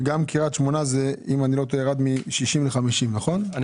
קרית שמונה, זה ירד מ-60 ל-50, נכון?